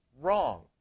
wrong